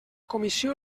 comissió